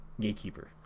Gatekeeper